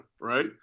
right